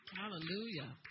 Hallelujah